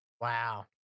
Wow